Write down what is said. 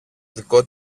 δικό